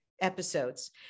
episodes